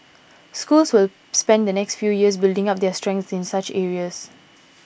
schools will spend the next few years building up their strengths in such areas